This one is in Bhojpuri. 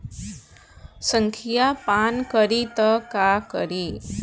संखिया पान करी त का करी?